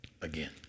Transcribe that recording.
again